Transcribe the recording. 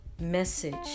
message